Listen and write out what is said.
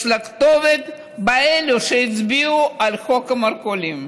יש לה כתובת בין אלו שהצביעו על חוק המרכולים.